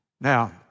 Now